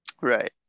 right